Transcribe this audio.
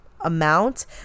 amount